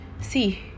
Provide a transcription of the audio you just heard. See